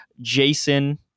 Jason